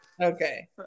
Okay